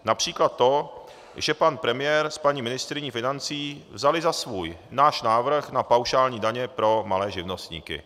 Například to, že pan premiér s paní ministryní financí vzali za svůj náš návrh na paušální daně pro malé živnostníky.